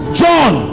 john